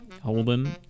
holden